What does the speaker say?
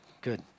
good